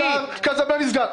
לוריא נסגר, קזבלן נסגר.